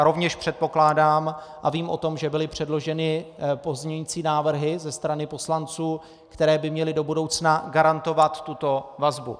Rovněž předpokládám a vím o tom, že byly předloženy pozměňující návrhy ze strany poslanců, které by měly do budoucna garantovat tuto vazbu.